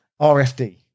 RFD